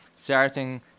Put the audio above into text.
Starting